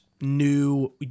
New